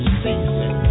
season